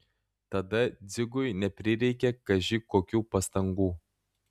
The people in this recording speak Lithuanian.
tada dzigui neprireikė kaži kokių pastangų